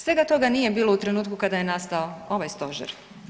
Svega toga nije bilo u trenutku kada je nastao ovaj stožer.